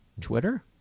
Twitter